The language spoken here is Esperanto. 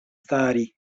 stari